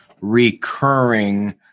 recurring